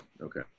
Okay